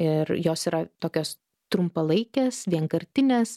ir jos yra tokios trumpalaikės vienkartinės